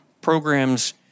Programs